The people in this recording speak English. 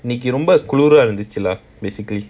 lah basically